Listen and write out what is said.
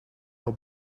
your